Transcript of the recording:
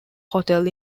hotel